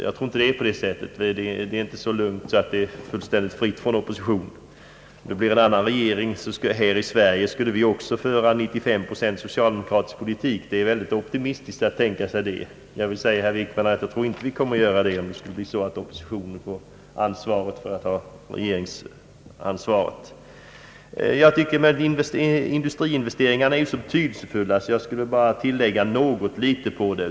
Jag tror inte det är på det sättet — det är inte så lugnt att Norge styres nästan fullständigt fritt från opposition. Att vi i Sverige med en annan regering också skulle föra en 93-procentig socialdemokratisk politik, är nog en alltför optimistisk tanke från statsrådet Wickmans sida. Vi skulle inte göra det om den nuvarande oppositionen får regeringsansvaret. Frågan om industriinvesteringarna är så betydelsefull att jag vill tillägga något om dem.